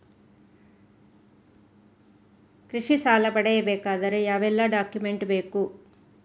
ಕೃಷಿ ಸಾಲ ಪಡೆಯಬೇಕಾದರೆ ಯಾವೆಲ್ಲ ಡಾಕ್ಯುಮೆಂಟ್ ಬೇಕು?